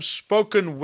spoken